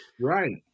Right